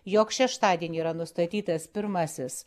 jog šeštadienį yra nustatytas pirmasis